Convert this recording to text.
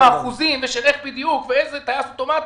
אחוזים ואיך בדיוק ואיזה טייס אוטומטי.